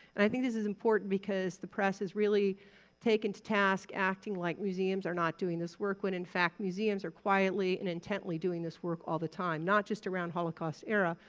and i think this is important because the press has really taken to task, acting like museums are not doing this work, when in fact museums are quietly and intently doing this work all the time, not just around holocaust-era,